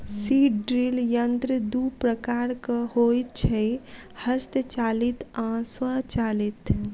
seed drill यंत्र दू प्रकारक होइत छै, हस्तचालित आ स्वचालित